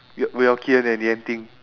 w~ well ki-en and yan-ting